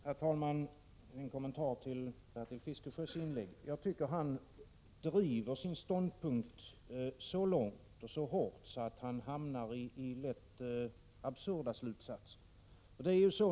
Herr talman! En kommentar till Bertil Fiskesjös inlägg. Jag tycker att han driver sin ståndpunkt så långt och så hårt att han hamnar i lätt absurda slutsatser.